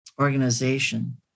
organization